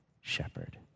shepherd